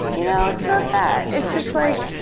you know, it's not that. it's just like